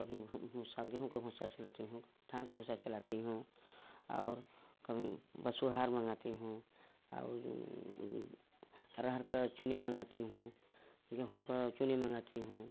कभी भूसा गेहूँ का भूसा चलाती हूँ धान का भूसा चलाती हूँ और कभी बसुहार मंगाती हूँ अरहर की चुनी मंगाती हूँ गेहूँ की चुनी मंगाती हूँ